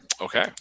Okay